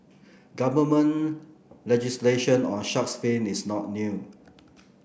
government legislation on shark's fin is not new